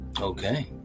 Okay